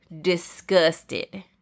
disgusted